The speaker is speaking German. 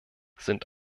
sind